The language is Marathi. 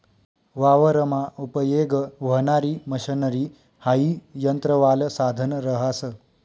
वावरमा उपयेग व्हणारी मशनरी हाई यंत्रवालं साधन रहास